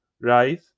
right